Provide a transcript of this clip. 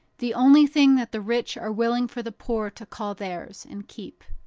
the only thing that the rich are willing for the poor to call theirs, and keep.